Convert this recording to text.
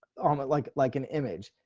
um but like, like an image,